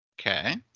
Okay